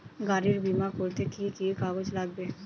গাড়ীর বিমা করতে কি কি কাগজ লাগে?